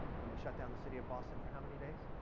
when they shut down the city of boston for how many days?